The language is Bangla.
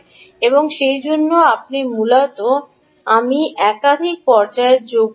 এবং সেইজন্য আপনি মূলত আমি একাধিক পর্যায় যোগ করি নি